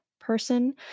person